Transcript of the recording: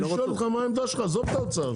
אני שואל אותך מה העמדה שלך, עזוב את האוצר.